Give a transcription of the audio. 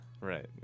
Right